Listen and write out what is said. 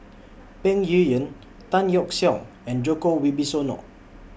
Peng Yuyun Tan Yeok Seong and Djoko Wibisono